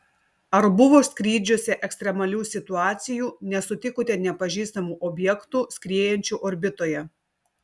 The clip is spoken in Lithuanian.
ar buvo skrydžiuose ekstremalių situacijų nesutikote nepažįstamų objektų skriejančių orbitoje